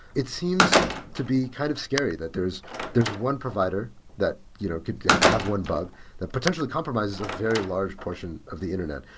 it seems to be kind of scary that there's there's one provider that you know could have one bug that potentially compromises a very large portion of the internet.